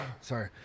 sorry